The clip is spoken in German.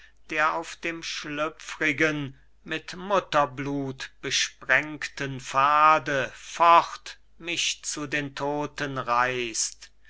der auf dem schlüpfrigen mit mutterblut besprengten pfade fort mich zu den todten reißt